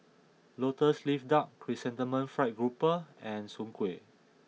Lotus Leaf Duck Chrysanthemum Fried Grouper and Soon Kuih